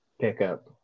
pickup